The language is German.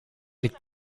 liegt